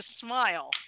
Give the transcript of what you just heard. smile